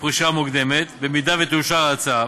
הפרישה המוקדמת במידה שתאושר ההצעה.